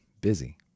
busy